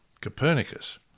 Copernicus